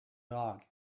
dog